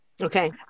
Okay